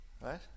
Right